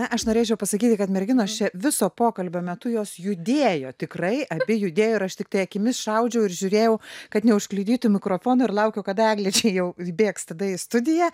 na aš norėčiau pasakyti kad merginos čia viso pokalbio metu jos judėjo tikrai abi judėjo ir aš tiktai akimis šaudžiau ir žiūrėjau kad neužkliudytų mikrofono ir laukiau kada eglė čia jau bėgs tada į studiją